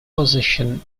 position